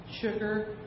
sugar